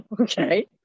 okay